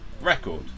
record